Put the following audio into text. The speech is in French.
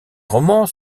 romans